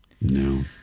no